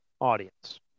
audience